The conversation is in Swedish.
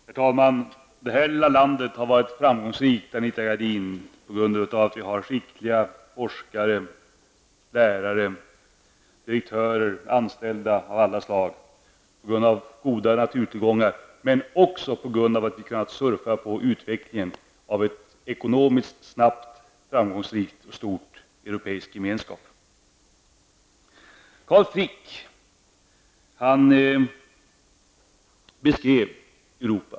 Herr talman! Det här lilla landet har varit framgångsrikt, Anita Gradin, på grund av att vi har skickliga forskare, lärare, direktörer och anställda av alla slag och på grund av att vi har orörda naturtillgångar. En annan orsak är att vi har kunnat surfa på utvecklingen av en ekonomiskt, snabb, framgångsrik och stor ekonomisk gemenskap. Carl Frick beskrev Europa.